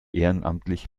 ehrenamtlich